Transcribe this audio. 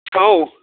औ